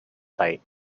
site